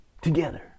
together